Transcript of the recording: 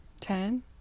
ten